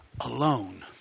alone